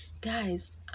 guys